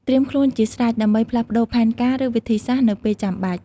ត្រៀមខ្លួនជាស្រេចដើម្បីផ្លាស់ប្តូរផែនការ ឬវិធីសាស្រ្តនៅពេលចាំបាច់។